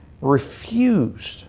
Refused